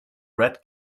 red